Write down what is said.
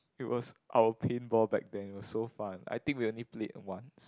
it was our paintball back then it was so fun I think we only played once